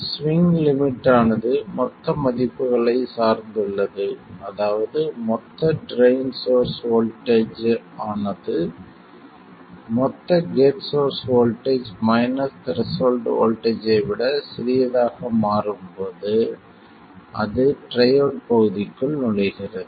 swing limit ஆனது மொத்த மதிப்புகளை சார்ந்துள்ளது அதாவது மொத்த ட்ரைன் சோர்ஸ் வோல்ட்டேஜ் ஆனது மொத்த gate source voltage minus threshold voltage ஐ விட சிறியதாக மாறும்போது அது ட்ரையோட் பகுதிக்குள் நுழைகிறது